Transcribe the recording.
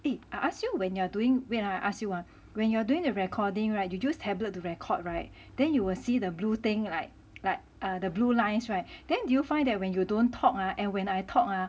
eh I ask you when you're doing wait ah I ask you ah when you're doing the recording [right] you use tablet to record [right] then you will see the blue thing like like the blue lines [right] then do you find that when you don't talk uh and when I talk ah